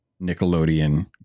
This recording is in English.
nickelodeon